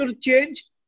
change